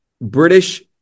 British